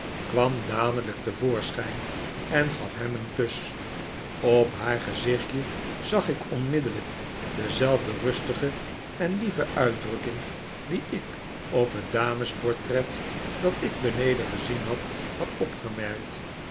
kwam dadelijk te voorschijn en gaf hem een kus op haar gezichtje zag ik onmiddellijk dezelfde rustige en lieve uitdrukking die ik op het damesportret dat ik benederi gezien had had opgemerkt